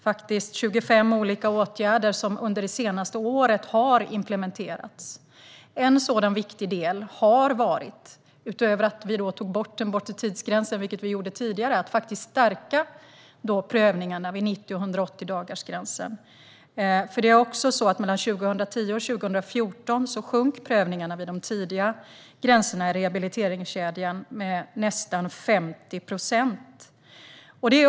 Dessa 25 olika åtgärder har implementerats under det senaste året. Utöver att vi tidigare tog bort den bortre tidsgränsen har en viktig åtgärd varit att stärka prövningarna vid 90 och 180-dagarsgränsen. Mellan 2010 och 2014 sjönk antalet prövningar vid de tidiga gränserna i rehabiliteringskedjan med nästan 50 procent.